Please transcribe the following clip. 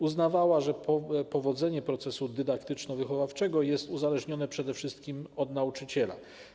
Uznawała, że powodzenie procesu dydaktyczno-wychowawczego jest uzależnione przede wszystkim od nauczyciela.